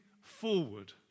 forward